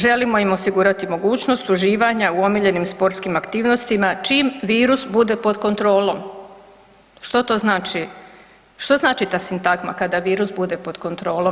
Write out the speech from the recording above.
Želimo im osigurati mogućnost uživanja u omiljenim sportskim aktivnostima čim virus bude pod kontrolom.“ Što to znači, što znači ta sintagma kada virus bude pod kontrolom?